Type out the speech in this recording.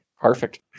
Perfect